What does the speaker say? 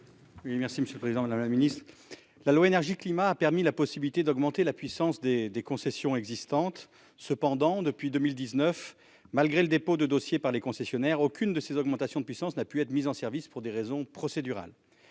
la loi énergie-climat a permis la possibilité d'augmenter la puissance des des concessions existantes cependant depuis 2019 malgré le dépôt de dossier par les concessionnaires, aucune de ces augmentations de puissance n'a pu être mis en service pour des raisons procédurales